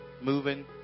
moving